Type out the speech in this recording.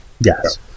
Yes